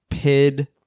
Pid